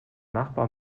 nachbar